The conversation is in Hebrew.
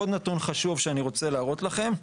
עוד נתון חשוב שאני רוצה להראות לכם,